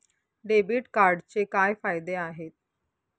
Debit कार्डचे काय फायदे आहेत?